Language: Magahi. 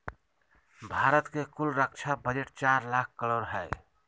भारत के कुल रक्षा बजट चार लाख करोड़ हय